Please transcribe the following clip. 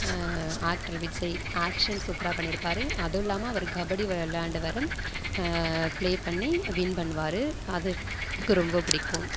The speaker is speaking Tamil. ஆக்டர் விஜய் ஆக்ஷன் சூப்பராக பண்ணியிருப்பாரு அதுவும் இல்லாமல் அவர் கபடி விளாண்டவரு ப்ளே பண்ணி வின் பண்ணுவார் அதுக்கு ரொம்ப பிடிக்கும்